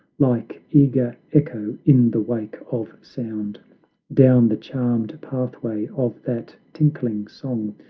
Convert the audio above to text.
like eager echo in the wake of sound down the charmed pathway of that tinkling song,